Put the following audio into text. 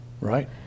Right